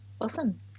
awesome